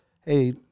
Hey